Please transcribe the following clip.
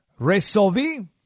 Resolvi